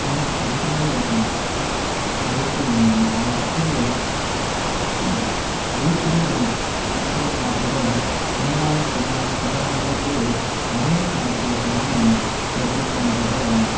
మ ప్రాంతంలో ఒక హై స్కూల్ ఉందండి ఆ హై స్కూల్ లో వీక్లీ వన్స్ సాటర్డే సాటర్డే శనివారం శనివారం పిల్లలందరికీ రన్నింగ్ కాంపిటీషన్ ని జరిపిస్తూ ఉంటారు ఆ